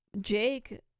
Jake